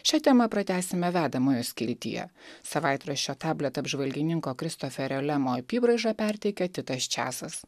šią temą pratęsime vedamojo skiltyje savaitraščio tablet apžvalgininko kristoferio lemo apybraižą perteikia titas česas